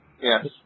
Yes